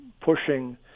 pushing